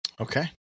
okay